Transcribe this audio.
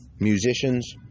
musicians